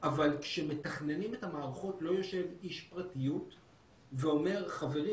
אבל כשמתכננים את המערכות לא יושב איש פרטיות ואומר: חברים,